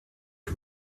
que